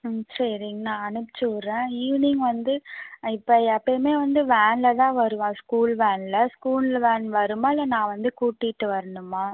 ம் சரிங்க நான் அனுப்பிச்சுட்றேன் ஈவினிங் வந்து இப்போ எப்பையுமே வந்து வேனில் தான் வருவான் ஸ்கூல் வேனில் ஸ்கூலில் வேன் வருமா இல்லை நான் வந்து கூட்டிகிட்டு வரணுமா